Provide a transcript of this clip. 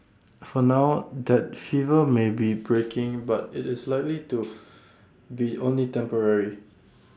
for now that fever may be breaking but IT is likely to be only temporary